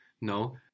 no